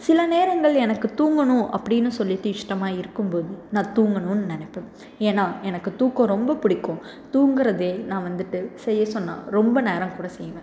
சில நேரங்கள் எனக்கு தூங்கணும் அப்படினு சொல்லிட்டு இஷ்டமாக இருக்கும் போது நான் தூங்கணும்னு நினப்பேன் ஏன்னா எனக்கு தூக்கம் ரொம்ப பிடிக்கும் தூங்குறதே நான் வந்துட்டு செய்ய சொன்ன ரொம்ப நேரம் கூட செய்வேன்